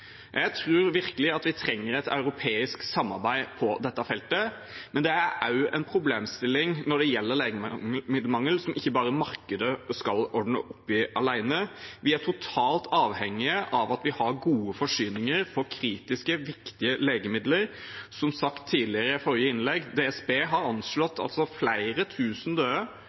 Jeg tror virkelig at vi trenger et europeisk samarbeid på dette feltet, men det er også en problemstilling når det gjelder legemiddelmangel som ikke bare markedet skal ordne opp i alene. Vi er totalt avhengige av at vi har gode forsyninger av kritisk viktige legemidler. Som sagt tidligere, i forrige innlegg, har DSB anslått flere tusen døde